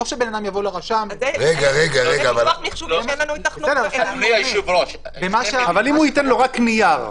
שאדם יבוא לרשם ----- אבל אם הוא ייתן לו רק נייר?